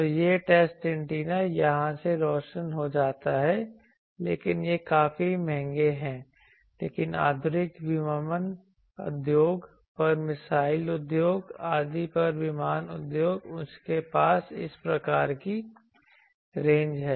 तो यह test antenna यहां से रोशन हो जाता है लेकिन ये काफी महंगे हैं लेकिन आधुनिक विमानन उद्योग फिर मिसाइल उद्योग आदि फिर विमान उद्योग उनके पास इस प्रकार की रेंज हैं